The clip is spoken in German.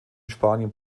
spanien